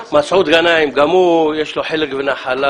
מסעוד גנאים, גם לו יש חלק ונחלה